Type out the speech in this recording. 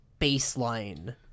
baseline